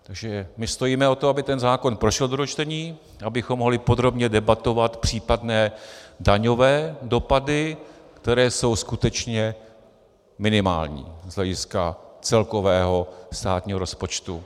Takže my stojíme o to, aby zákon prošel do druhého čtení, abychom mohli podrobně debatovat případné daňové dopady, které jsou skutečně minimální z hlediska celkového státního rozpočtu.